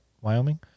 Wyoming